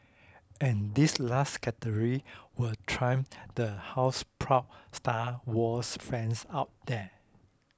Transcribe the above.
and this last category will thrill the houseproud Star Wars fans out there